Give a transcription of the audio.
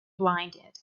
blinded